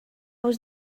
was